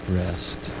rest